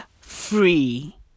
Free